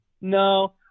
No